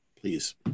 please